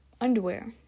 Underwear